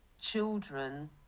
children